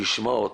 לשמוע אותו.